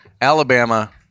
Alabama